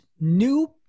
new